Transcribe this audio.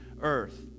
earth